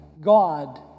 God